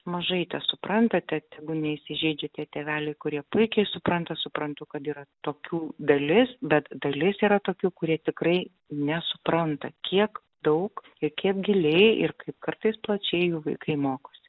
mažai tesupranta te tegu neįsižeidžia tie tėveliai kurie puikiai supranta suprantu kad yra tokių dalis bet dalis yra tokių kurie tikrai nesupranta kiek daug ir kiek giliai ir kaip kartais plačiai jų vaikai mokosi